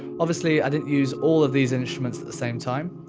obviously i didn't use all of these instruments at the same time.